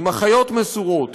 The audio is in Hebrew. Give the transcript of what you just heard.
עם אחיות מסורות,